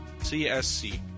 CSC